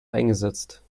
eingesetzt